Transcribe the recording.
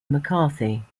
mccarthy